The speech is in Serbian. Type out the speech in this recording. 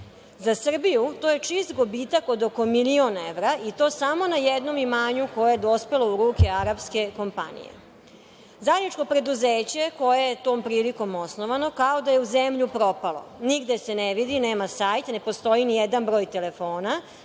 Za Srbiju to je čist gubitak od oko milion evra i to samo na jednom imanju koje je dospelo u ruku arapske kompanije. Zajedničko preduzeće koje je tom prilikom osnovano kao da je u zemlju propalo. Nigde se ne vidi, nema sajt, ne postoji nijedan broj telefona,